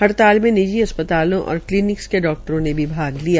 हड़ताल मे निजी अस्पतालों और क्लीनिक के डाक्टरों ने भी भाग लिया